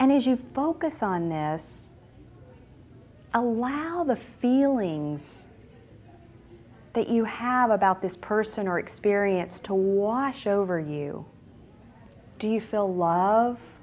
and as you focus on this allow the feelings that you have about this person or experience to wash over you do you feel love